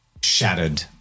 shattered